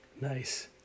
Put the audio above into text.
Nice